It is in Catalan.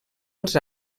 els